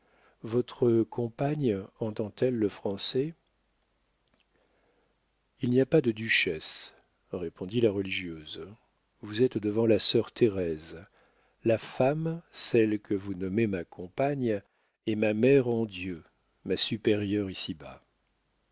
votre compagne entend elle le français il n'y a pas de duchesse ici répondit la religieuse vous êtes devant la sœur thérèse la femme celle que vous nommez ma compagne est ma mère en dieu ma supérieure ici-bas